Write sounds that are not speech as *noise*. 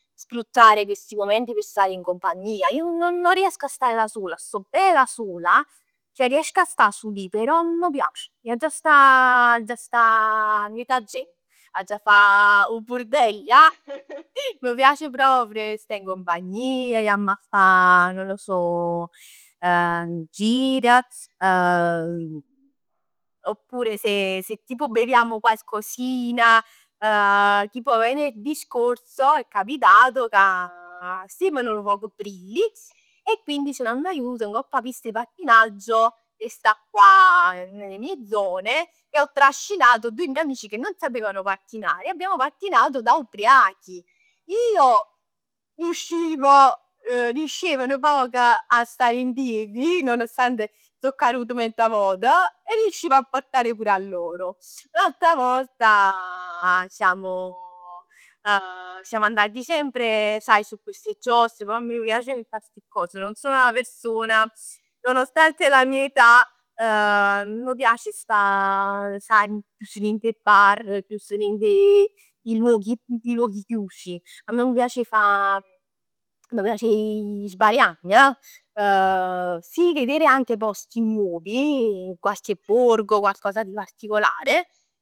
Sfruttare questi momenti per stare in compagnia, io non non riesco a stare da sola, sto bene da sola, ceh riesco a sta sul ij, però nun m' piac. Ij aggia sta, aggia sta, miezz 'a gent. Aggia fa 'o burdell ja. *laughs* Mi piace proprio 'e sta in compagnia, jamm 'a fa, non lo so, *hesitation* nu gir, *hesitation* oppure se se tipo beviamo qualcosina. *hesitation* Tipo venerdì scorso è capitato ca, stevem nu poc brilli e quindi ce n'amma jut ngopp 'a pista 'e pattinaggio che sta qua nelle mie zone. E ho trascinato due miei amici che non sapevano pattinare e abbiamo pattinato da ubriachi. Io riuscivo, riuscev nu poc 'a stare in piedi, nonostante so carut mezza vot e riuscivo a portare pure a loro. L'altra volta siamo, siamo andati sempre sai su queste giostre. Poi a me m'piace a fa sti cos. Non sono la persona, nonostante la mia età, nun m' piace 'e sta, chius dint 'e bar, chius dint 'e i luoghi chiusi. A me m' piac 'e fa, *hesitation* mi piace 'e ji sbariann ja. Sì, vedere anche posti nuovi, qualche borgo, qualche cosa di particolare